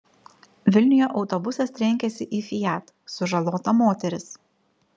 vilniuje autobusas trenkėsi į fiat sužalota moteris